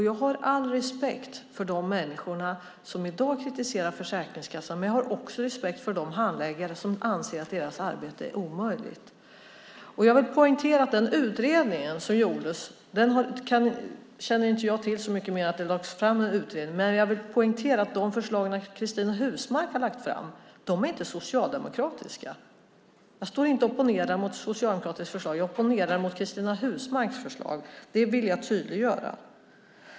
Jag har all respekt för de människor som i dag kritiserar Försäkringskassan, men jag har också respekt för de handläggare som anser att deras arbete är omöjligt. Vad gäller den utredning som gjordes - jag känner inte till mycket mer än att det lades fram en utredning - vill jag poängtera att de förslag Cristina Husmark Pehrsson lagt fram inte är socialdemokratiska. Jag står inte och opponerar mot socialdemokratiska förslag. Jag opponerar mot Cristina Husmark Pehrssons förslag. Det vill jag tydliggöra.